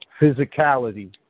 physicality